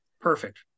perfect